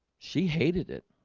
she hated it